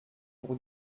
pour